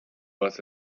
was